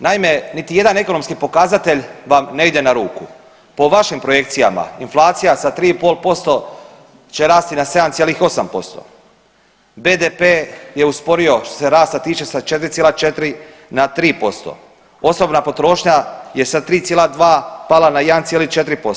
Naime, niti jedan ekonomski pokazatelj vam ne ide na ruku, po vašim projekcijama inflacija sa 3,5% će rasti na 7,8%, BDP je usporio što se rasta tiče sa 4,4 na 3%, osobna potrošnja je sa 3,2 pala na 1,4%